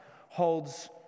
holds